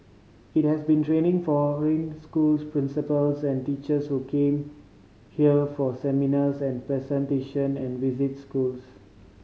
it has been training foreign schools principals and teachers who come here for seminars and presentation and visit schools